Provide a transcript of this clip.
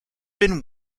been